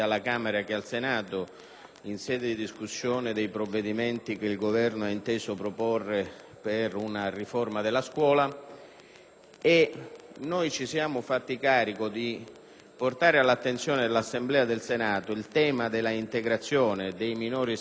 in sede di discussione dei provvedimenti che il Governo ha inteso proporre per una riforma della scuola. Ci siamo fatti carico di portare all'attenzione dell'Assemblea del Senato il tema dell'integrazione dei minori stranieri nelle scuole